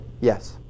Yes